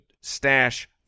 stash